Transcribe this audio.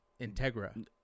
Integra